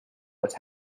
was